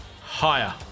Higher